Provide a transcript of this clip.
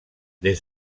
des